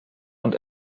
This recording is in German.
und